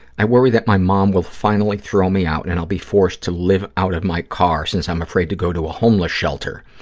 i worry that my mom will finally throw me out and i'll be forced to live out of my car, since i'm afraid to go to a homeless shelter.